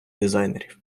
дизайнерів